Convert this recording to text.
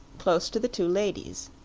close to the two ladies.